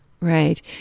Right